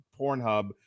Pornhub